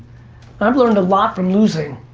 i've learned a lot from losing.